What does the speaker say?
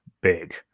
big